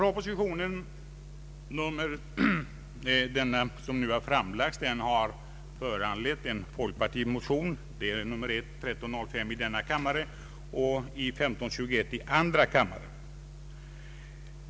Den framlagda propositionen har föranlett en folkpartimotion, nr 1305 i denna kammare och nr 1521 i andra kammaren.